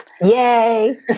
yay